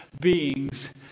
beings